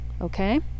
Okay